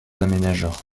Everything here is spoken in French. aménageurs